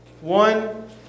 One